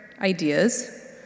ideas